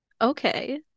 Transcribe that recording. okay